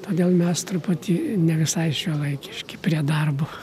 todėl mes truputį ne visai šiuolaikiški prie darbo